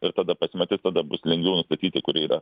ir tada pasi matis tada bus lengviau nustatyti kuri yra